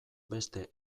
beste